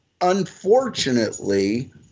Unfortunately